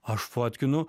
aš fotkinu